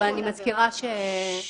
אני מזכירה שסיכמנו להוסיף.